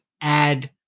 add